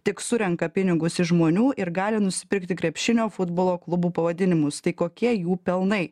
tik surenka pinigus iš žmonių ir gali nusipirkti krepšinio futbolo klubų pavadinimus tai kokie jų pelnai